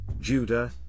Judah